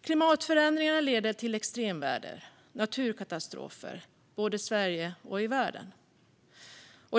Klimatförändringar leder till extremväder och naturkatastrofer, både i Sverige och i världen.